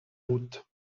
routes